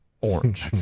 Orange